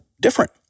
Different